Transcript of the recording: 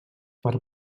per